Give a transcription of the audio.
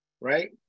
right